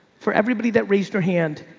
for everybody that raised your hand.